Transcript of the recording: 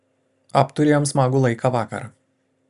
apturėjom smagų laiką vakar